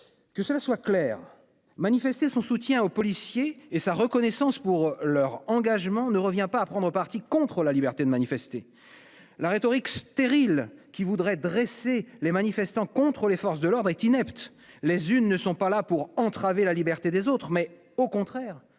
Que cela soit clair, manifester son soutien aux policiers et sa reconnaissance pour leur engagement ne revient pas à prendre parti contre la liberté de manifester. La rhétorique stérile qui voudrait dresser les manifestants contre les forces de l'ordre est inepte. Les unes sont là non pour entraver la liberté des autres, mais, au contraire,